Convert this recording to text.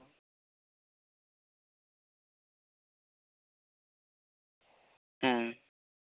ᱦᱮᱸ